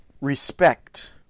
respect